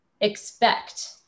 expect